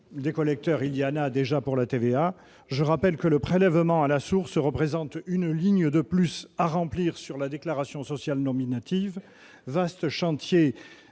tiers collecteurs, il y en a déjà pour la TVA ! Je rappelle que le prélèvement à la source représente une ligne de plus à remplir sur la déclaration sociale nominative, la DSN, vaste chantier